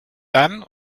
dann